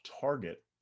target